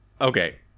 okay